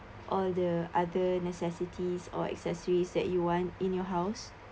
all the other necessities or accessories that you want in your house